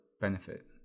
benefit